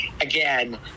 again